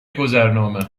گذرنامه